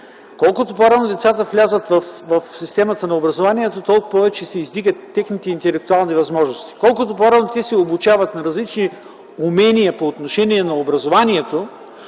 Колкото по-рано децата влязат в системата на образованието, толкова повече се издигат техните интелектуални възможности. Колкото по-рано те се обучават на различни умения по отношение на образованието,